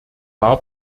war